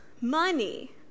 Money